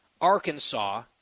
Arkansas